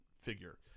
figure